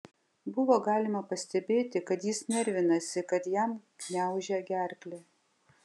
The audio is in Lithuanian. buvo galima pastebėti kad jis nervinasi kad jam gniaužia gerklę